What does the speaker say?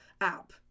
app